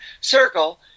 circle